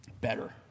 better